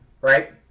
right